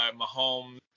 Mahomes